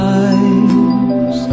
eyes